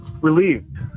Relieved